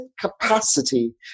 capacity